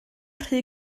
rhy